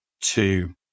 two